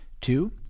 Two